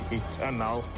eternal